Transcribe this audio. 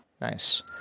nice